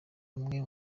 amwe